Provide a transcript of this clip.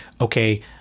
okay